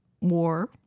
war